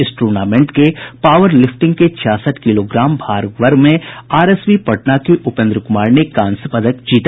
इस टूर्नामेंट के power lifting के छियासठ किलोग्राम भार वर्ग में आरएसबी पटना के उपेंद्र कुमार ने कांस्य पदक जीता